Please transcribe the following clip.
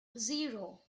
zero